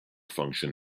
function